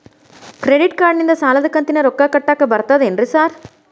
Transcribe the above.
Credit ಕಾರ್ಡನಿಂದ ಸಾಲದ ಕಂತಿನ ರೊಕ್ಕಾ ಕಟ್ಟಾಕ್ ಬರ್ತಾದೇನ್ರಿ ಸಾರ್?